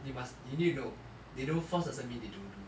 you must you need to know they don't force doesn't mean they don't do